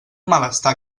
malestar